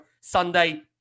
Sunday